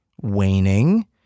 waning